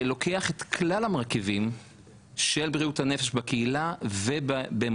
ולוקח את כלל המרכיבים של בריאות הנפש בקהילה ובמוסדות